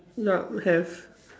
yup have